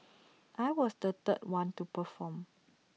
I was the third one to perform